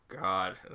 God